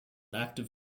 active